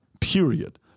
Period